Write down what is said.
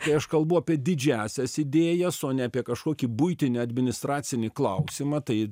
tai aš kalbu apie didžiąsias idėjas o ne apie kažkokį buitinį administracinį klausimą tai